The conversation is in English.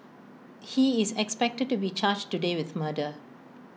he is expected to be charged today with murder